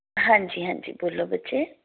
ਹਾਂਜੀ ਹਾਂਜੀ ਬੋਲੋ ਬੱਚੇ